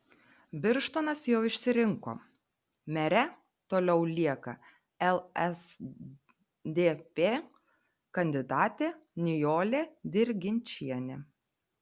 birštonas jau išsirinko mere toliau lieka lsdp kandidatė nijolė dirginčienė